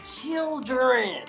children